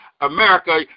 America